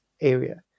area